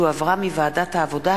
שהחזירה ועדת העבודה,